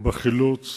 בחילוץ